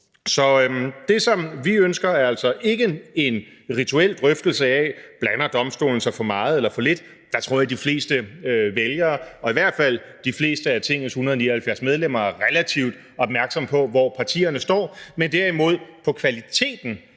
Så det, som vi ønsker, er altså ikke en rituel drøftelse af, om domstolen blander sig for meget eller for lidt – der tror jeg, de fleste vælgere og i hvert fald de fleste af Tingets 179 medlemmer er relativt opmærksomme på, hvor partierne står – men derimod en drøftelse